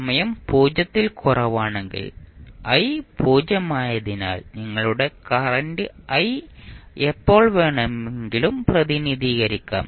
സമയം 0 ൽ കുറവാണെങ്കിൽ i പൂജ്യമായതിനാൽ നിങ്ങളുടെ കറന്റ് i എപ്പോൾ വേണമെങ്കിലും പ്രതിനിധീകരിക്കാം